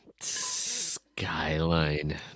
Skyline